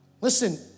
Listen